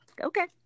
Okay